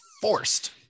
forced